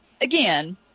again